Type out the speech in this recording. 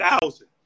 thousand